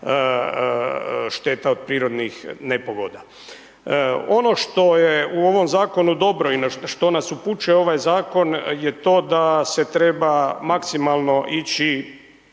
šteta od prirodnih nepogoda. Ono što je u ovom zakonu dobro i na što nas upućuje ovaj zakon je to da se treba maksimalno ići